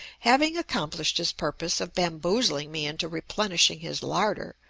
having accomplished his purpose of bamboozling me into replenishing his larder,